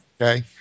okay